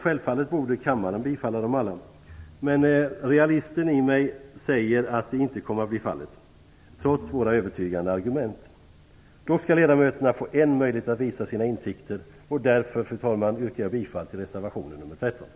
Självfallet borde kammaren bifalla dem alla. Men realisten i mig säger att så inte kommer att bli fallet, trots våra övertygande argument. Ledamöterna skall dock få en möjlighet att visa sina insikter. Fru talman! Därför yrkar jag bifall till reservation nr 13.